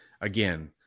Again